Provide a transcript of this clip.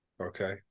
okay